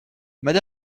mme